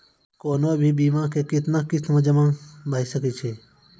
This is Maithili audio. कोनो भी बीमा के कितना किस्त मे जमा भाय सके छै?